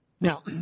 Now